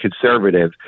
conservative